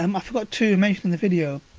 um i forgot to mention in the video,